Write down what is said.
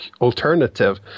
alternative